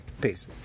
peace